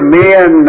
men